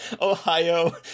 Ohio